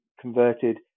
converted